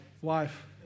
Wife